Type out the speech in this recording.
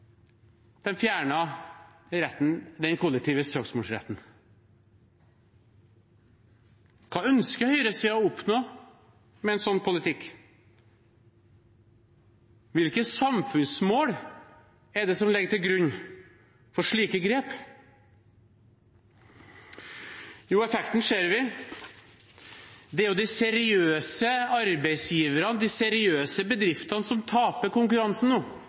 den kollektive søksmålsretten. Hva ønsker høyresiden å oppnå med en slik politikk? Hvilke samfunnsmål er det som ligger til grunn for slike grep? Effekten ser vi: Det er de seriøse arbeidsgiverne og de seriøse bedriftene som nå taper konkurransen